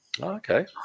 okay